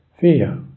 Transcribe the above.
fear